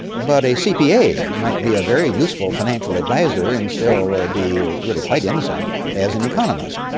but a cpa might be a very useful financial advisor and still ah be really quite innocent as an economist.